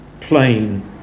plain